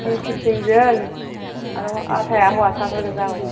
जों फिफटिन जोन आरो आधाया हौवासाफोर गोजा औ